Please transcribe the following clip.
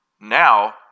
Now